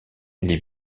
les